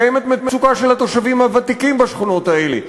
קיימת מצוקה של התושבים הוותיקים בשכונות האלה,